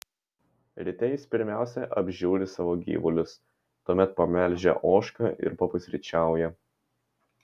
ryte jis pirmiausia apžiūri savo gyvulius tuomet pamelžia ožką ir papusryčiauja